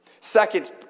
Second